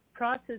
process